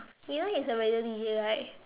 Niel is a radio D_J right